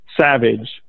savage